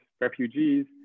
refugees